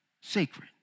sacred